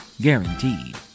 Guaranteed